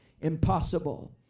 impossible